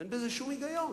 אין בזה שום היגיון.